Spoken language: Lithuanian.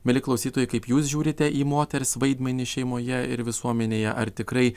mieli klausytojai kaip jūs žiūrite į moters vaidmenį šeimoje ir visuomenėje ar tikrai